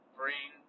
bring